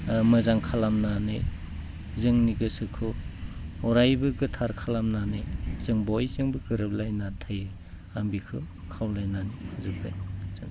मोजां खालामनानै जोंनि गोसोखौ अरायबो गोथार खालामनानै जों बयजोंबो गोरोबलायनानै थायो आं बेखौ खावलायनानै फोजोबबाय गोजोनथों